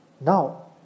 Now